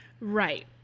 right